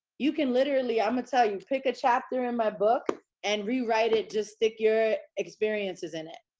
you can literally, i'ma tell you, pick a chapter in my book and rewrite it. just stick your experiences in it.